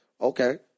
Okay